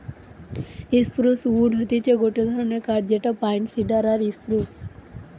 spruce wood হতিছে গটে ধরণের কাঠ যেটা পাইন, সিডার আর স্প্রুস